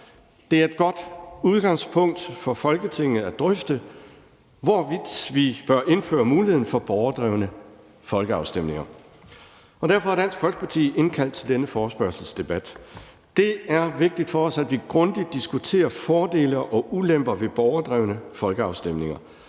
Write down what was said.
Det er et godt udgangspunkt for Folketinget til at drøfte, hvorvidt vi bør indføre muligheden for borgerdrevne folkeafstemninger. Derfor har Dansk Folkeparti indkaldt til denne forespørgselsdebat. Det er vigtigt for os, at vi grundigt diskuterer fordele og ulemper ved borgerdrevne folkeafstemninger,